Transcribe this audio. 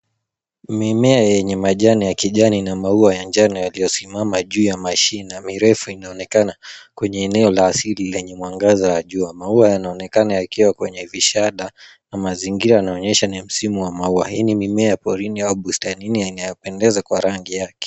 Mimea yenye majani ya kijani na maua ya njano yaliyosimama juu ya mashina mirefu inaonekana kwenye eneo la asili lenye mwangaza wa jua. Maua yanaonekana yakiwa kwenye vishada na mazingira yanaonyesha ni msimu wa maua. Hii ni mimea ya porini au bustanini na inayopendeza kwa rangi yake.